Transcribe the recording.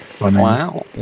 Wow